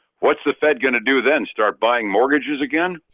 what's the fed gonna do then start buying mortgages again?